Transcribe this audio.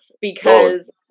because-